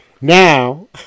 Now